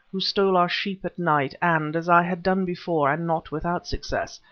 who stole our sheep at night, and, as i had done before, and not without success,